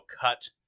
cut